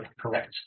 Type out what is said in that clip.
correct